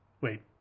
Wait